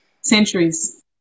Centuries